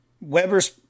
Weber's